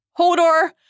Hodor